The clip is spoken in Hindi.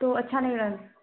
तो अच्छा नहीं रहे